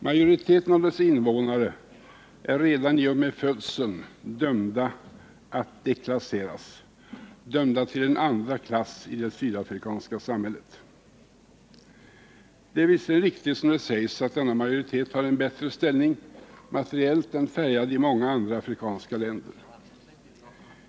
Majoriteten av dess invånare är redan i och med födelsen dömda att deklasseras, dömda till en andra klass i det sydafrikanska samhället. Det är visserligen riktigt, som det sägs, att denna majoritet materiellt har en bättre ställning än färgade i många andra afrikanska länder.